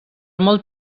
molt